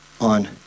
on